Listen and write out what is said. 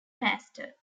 pastor